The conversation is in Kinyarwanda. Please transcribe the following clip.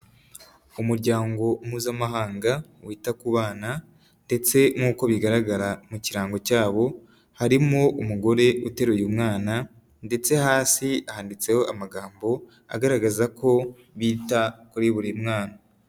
Umuryango mpuzamahanga wita ku bana; ndetse nk'uko bigaragara mu kirango cyabo harimo umugore uteruye umwana ndetse hasi handitseho amagambo agaragaza ko bita kuri buri mwana.